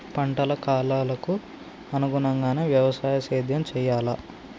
పంటల కాలాలకు అనుగుణంగానే వ్యవసాయ సేద్యం చెయ్యాలా?